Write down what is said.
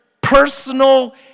personal